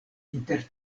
inter